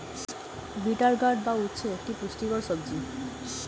bitter gourd বা উচ্ছে একটি পুষ্টিকর সবজি